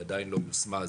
היא עדיין לא יושמה.